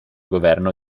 governo